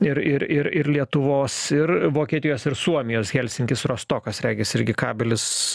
ir ir ir ir lietuvos ir vokietijos ir suomijos helsinkis rostokas regis irgi kabelis